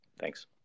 Thanks